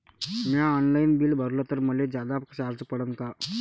म्या online bill भरलं तर मले जादा चार्ज पडन का?